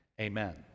Amen